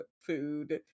food